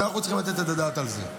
ואנחנו צריכים לתת את הדעת על זה.